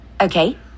Okay